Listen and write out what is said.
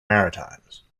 maritimes